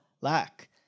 lack